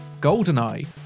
Goldeneye